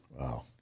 Wow